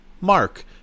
Mark